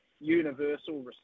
universal